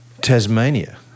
Tasmania